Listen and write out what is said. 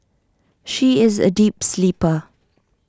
she is A deep sleeper